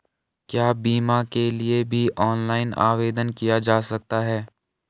क्या बीमा के लिए भी ऑनलाइन आवेदन किया जा सकता है?